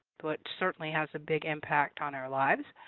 which certainly has a big impact on our lives.